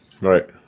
Right